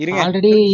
already